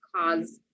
cause